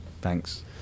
Thanks